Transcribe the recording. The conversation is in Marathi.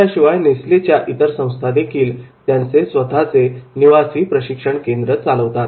याशिवाय नेसलेच्या इतर संस्थादेखील त्यांचे स्वतःचे निवासी प्रशिक्षण केंद्र चालवतात